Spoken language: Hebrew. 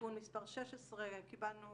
תיקון מספר 16, קיבלנו